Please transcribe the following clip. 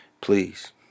Please